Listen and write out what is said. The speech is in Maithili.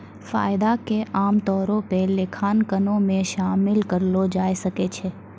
फायदा के आमतौरो पे लेखांकनो मे शामिल करलो जाय सकै छै